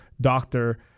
doctor